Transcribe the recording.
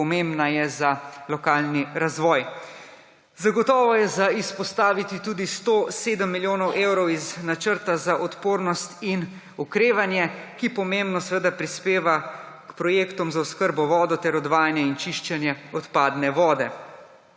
pomembna je za lokalni razvoj. Zagotovo je treba izpostaviti tudi 107 milijonov evrov iz Načrta za okrevanje in odpornost, ki pomembno prispeva k projektom za oskrbo z vodo ter odvajanje in čiščenje odpadne vode.